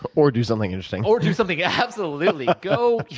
but or do something interesting. or do something. absolutely. go